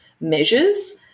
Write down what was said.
measures